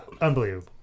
unbelievable